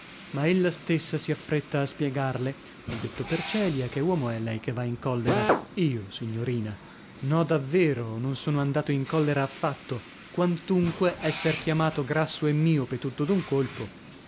ma ella stessa si affretta a spiegarle ho detto per celia che uomo è lei che va in collera io signorina no davvero non sono andato in collera affatto quantunque esser chiamato grasso e miope tutto d'un colpo